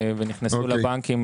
ונכנסו לבנקים,